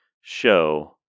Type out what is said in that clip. show